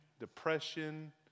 depression